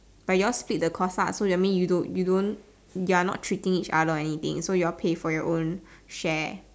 but you all split the course lah so that mean you don't you don't you are not treating each other or anything so you all pay for your own share